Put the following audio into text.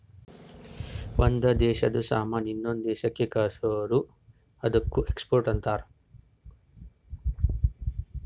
ಒಂದ್ ದೇಶಾದು ಸಾಮಾನ್ ಇನ್ನೊಂದು ದೇಶಾಕ್ಕ ಕಳ್ಸುರ್ ಅದ್ದುಕ ಎಕ್ಸ್ಪೋರ್ಟ್ ಅಂತಾರ್